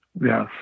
Yes